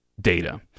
data